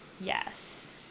Yes